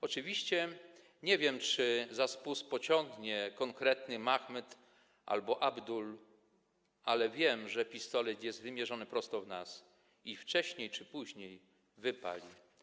Oczywiście nie wiem, czy za spust pociągnie konkretny Mahmed albo Abdul, ale wiem, że pistolet jest wymierzony prosto w nas i wcześniej czy później wypali.